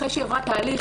אחרי שהיא עברה תהליך,